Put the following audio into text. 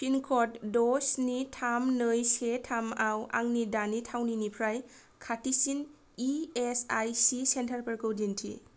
पिनकड द' स्नि थाम नै से थाम आव आंनि दानि थावनिनिफ्राय खाथिसिन इएसआइसि सेन्टारफोरखौ दिन्थि